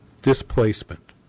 displacement